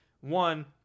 One